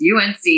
UNC